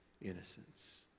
innocence